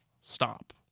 stop